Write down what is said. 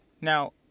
Now